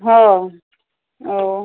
হো ও